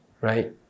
right